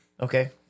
Okay